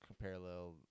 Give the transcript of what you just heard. parallel